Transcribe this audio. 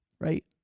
right